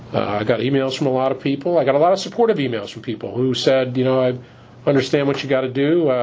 i got emails from a lot of people. i got a lot of supportive emails from people who said, you know, i understand what you've got to do,